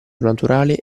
naturale